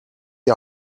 die